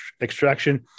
extraction